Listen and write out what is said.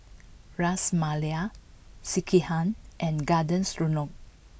Ras Malai Sekihan and Garden Stroganoff